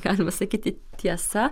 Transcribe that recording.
galima sakyti tiesa